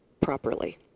properly